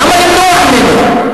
למה למנוע ממנו?